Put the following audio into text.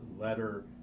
letter